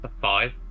Five